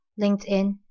LinkedIn